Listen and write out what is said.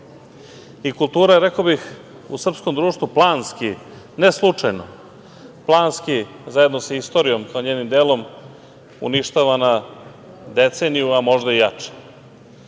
kulture. Kultura je, rekao bih, u srpskom društvu planski, ne slučajno, planski, zajedno sa istorijom kao njenim delom uništavana deceniju, a možda i jače.